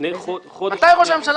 לפני חודש --- מתי ראש הממשלה